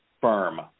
firm